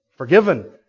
Forgiven